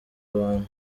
abantu